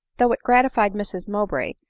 though it gratified mrs mowbray,